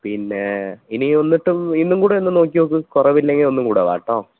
പിന്നെ ഇനി എന്നിട്ടും വീണ്ടും കൂടെ ഒന്നു നോക്കിനോക്കൂ കുറവില്ലെങ്കില് ഒന്നും കൂടെ വാ കെട്ടോ